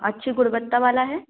अच्छी गुणवत्ता वाला है